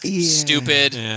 Stupid